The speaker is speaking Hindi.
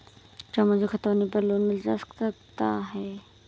क्या मुझे खतौनी पर लोन मिल सकता है?